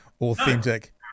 authentic